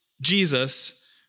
Jesus